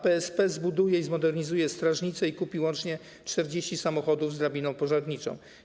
PSP zbuduje i zmodernizuje strażnice i kupi łącznie 40 samochodów z drabiną pożarniczą.